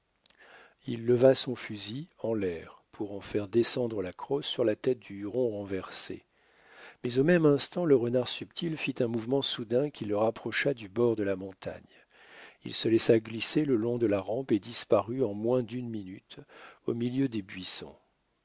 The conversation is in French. il leva son fusil en l'air pour en faire descendre la crosse sur la tête du huron renversé mais au même instant le renard subtil fit un mouvement soudain qui le rapprocha du bord de la montagne il se laissa glisser le long de la rampe et disparut en moins d'une minute au milieu des buissons